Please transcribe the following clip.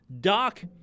Doc